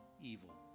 evil